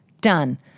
done